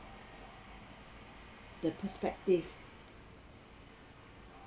the respective